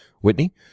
Whitney